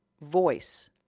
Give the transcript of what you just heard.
voice